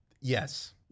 yes